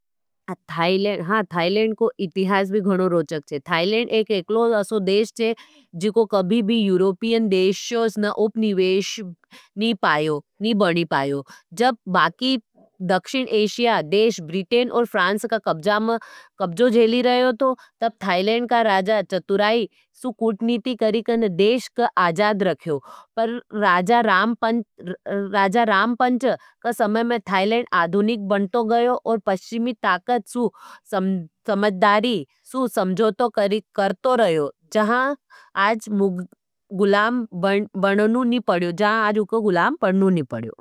थाइले हाँ, थायलैंड को इतिहास भी गणो रोचक छे। थाइलेंड एक एकलों असो देश चे जीको कभी भी यूरोपियन देश्योस न उपनीवेश नी पायो बनी पायो जब बाकी दक्षिण एशिया देश ब्रिटेन और फ्रांस का कब्जों झेली रहे थो। तब थाइलेंड का राजा चतुराई सु कुटनीती करीकन देश का आजाद रख्यो पर राजा रामपंच का समय में थाइलेंड आधुनिक बनतो गयो और पश्चिमी ताकत सु समझदारी सु समझोतो करी करतो रहयो। जहाँ आज मुग गुलाम बननू नी पड़यो।